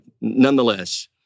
nonetheless